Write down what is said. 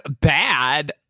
bad